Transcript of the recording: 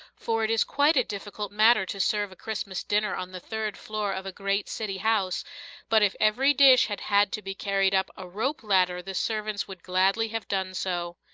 for it is quite a difficult matter to serve a christmas dinner on the third floor of a great city house but if every dish had had to be carried up a rope ladder the servants would gladly have done so.